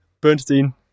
Bernstein